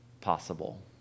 possible